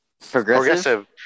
Progressive